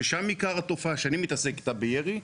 ששם עיקר התופעה שאני מתעסק איתה בירי,